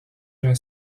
d’un